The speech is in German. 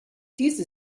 diese